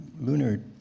lunar